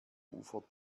ufer